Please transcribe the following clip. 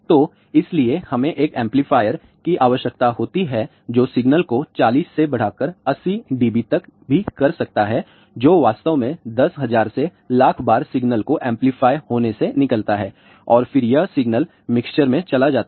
तो इसीलिए हमें एक एम्पलीफायर की आवश्यकता होती है जो सिग्नल को चालीस से बढ़ाकर 80 dB तक भी कर सकता है जो वास्तव में 10000 से लाख बार सिग्नल के एंपलीफाय होने से निकलता है और फिर यह सिग्नल मिक्सर में चला जाता है